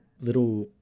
little